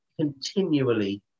continually